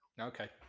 Okay